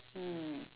mm